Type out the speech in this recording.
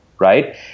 Right